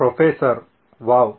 professor ವಾಹ್